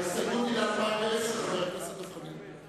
ההסתייגות היא ל-2010, חבר הכנסת דב חנין.